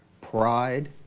pride